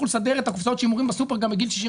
לסדר את קופסאות השימורים בסופר גם בגיל 65?